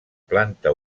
planta